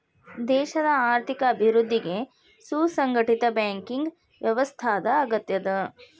ದೇಶದ್ ಆರ್ಥಿಕ ಅಭಿವೃದ್ಧಿಗೆ ಸುಸಂಘಟಿತ ಬ್ಯಾಂಕಿಂಗ್ ವ್ಯವಸ್ಥಾದ್ ಅಗತ್ಯದ